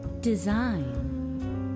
Design